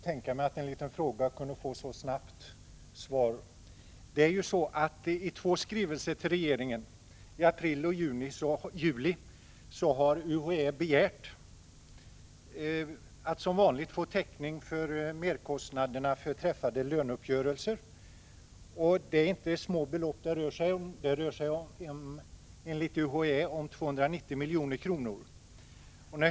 I skrivelse till regeringen den 22 april 1985 och den 8 juli 1985 har UHÄ begärt medel för täckning av merkostnader på grund av ingångna löneavtal.